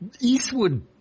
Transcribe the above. Eastwood